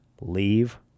leave